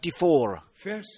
verse